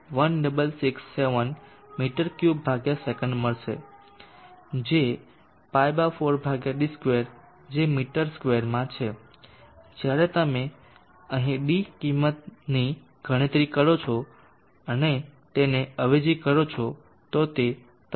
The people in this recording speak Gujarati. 001667 મી3 સે મળશે જે Π 4d2 જે મી2 માં છે જ્યારે તમે અહીં d ની કિંમતની ગણતરી કરો છો અને તેને અવેજી કરો છો તો તે 3